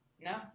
No